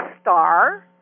star